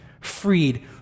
freed